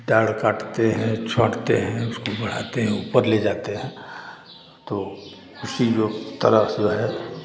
डाढ़ काटते हैं छाँटते हैं उसको बढ़ाते हैं ऊपर ले जाते हैं तो उसी जो तरह से है